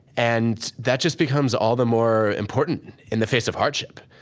and that just becomes all the more important in the face of hardship.